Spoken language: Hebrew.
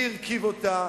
מי הרכיב אותה,